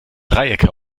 dreiecke